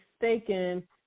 mistaken